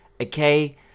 Okay